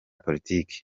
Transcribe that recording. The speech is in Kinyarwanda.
politiki